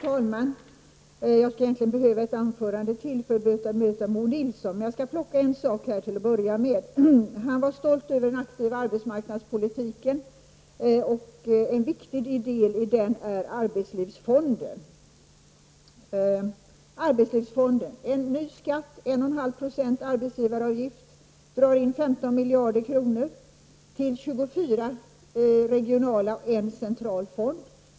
Herr talman! Jag skulle egentligen behöva ett anförande till för att bemöta Bo Nilsson. Jag skall plocka en sak till att börja med. Han var stolt över den aktiva arbetsmarknadspolitiken. En viktig del i den är arbetslivsfonden. En ny skatt, 1,5 90 arbetsgivaravgift, drar in 15 miljarder kronor till 24 regionala och en central fond.